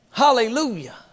Hallelujah